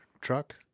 truck